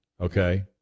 okay